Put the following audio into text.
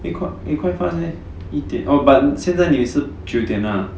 eh quite eh quite fast leh 一点 oh but 现在你是九点 lah